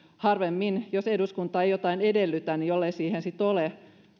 jos eduskunta ei jotain edellytä ja jollei siihen sitten ole